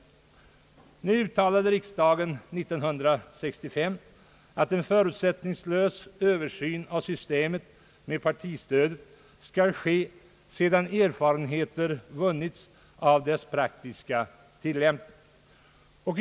Riksdagen uttalade 1965 att en förutsättningslös översyn av systemet med partistöd skall ske sedan erfarenheter vunnits av dess praktiska tillämpning.